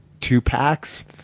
two-packs